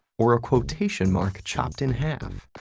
or a quotation mark chopped in half?